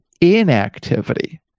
inactivity